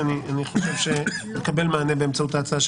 שאני חושב שנקבל מענה באמצעות ההצעה של